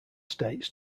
states